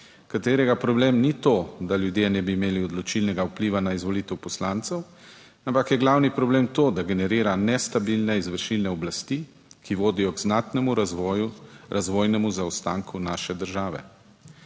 katerega problem ni to, da ljudje ne bi imeli odločilnega vpliva na izvolitev poslancev, ampak je glavni problem to, da generira nestabilne izvršilne oblasti, ki vodijo k znatnemu razvoju, razvojnemu zaostanku naše države.